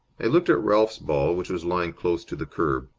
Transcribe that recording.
i looked at ralph's ball, which was lying close to the kerb.